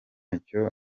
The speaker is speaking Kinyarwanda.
n’icyo